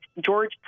George